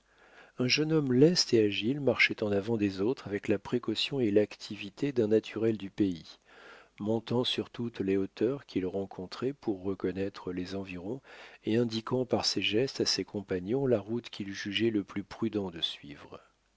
un jeune homme leste et agile marchait en avant des autres avec la précaution et l'activité d'un naturel du pays montant sur toutes les hauteurs qu'il rencontrait pour reconnaître les environs et indiquant par ses gestes à ses compagnons la route qu'il jugeait le plus prudent de suivre